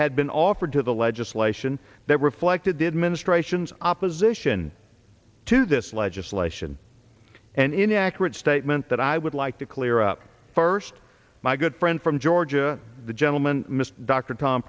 had been offered to the legislation that reflected the administration's opposition to this legislation and inaccurate statement that i would like to clear up first my good friend from georgia the gentleman